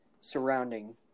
surrounding